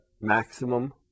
maximum